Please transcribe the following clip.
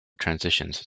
transitions